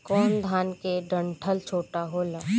कौन धान के डंठल छोटा होला?